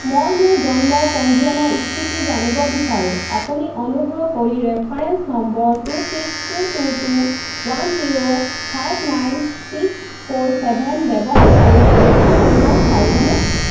মই মোৰ জন্ম পঞ্জীয়নৰ স্থিতি জানিব বিচাৰোঁ আপুনি অনুগ্ৰহ কৰি reference number two six two two two one zero five nine six four seven ব্যৱহাৰ কৰি পৰীক্ষা কৰিব পাৰিবনে